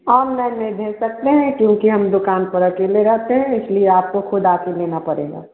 और मैं नहीं दे सकते हैं क्योंकि हम दुकान पर अकेले रहते हैं इसलिए आपको ख़ुद आ कर लेना पड़ेगा